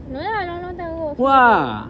no lah long long time ago